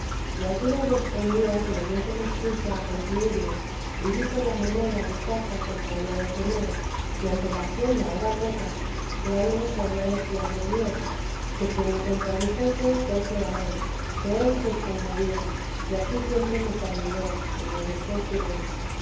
y ansí nos respondió nos diésemos priesa a concluirlo y dijo la manera y traza que se había de tener y aunque la hacienda era poca que algo se había de fiar de dios que quien lo contradijese fuese a él que él respondería y ansí siempre nos ayudó como después diré